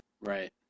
Right